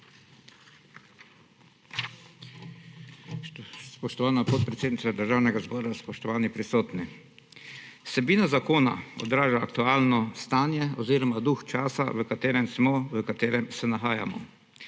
Spoštovana podpredsednica Državnega zbora, spoštovani prisotni! Vsebina zakona odraža aktualno stanje oziroma duh časa, v katerem smo, v katerem se nahajamo.